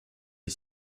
est